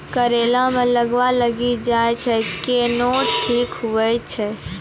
करेला मे गलवा लागी जे छ कैनो ठीक हुई छै?